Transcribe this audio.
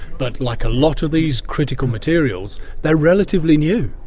but like a lot of these critical materials they are relatively new.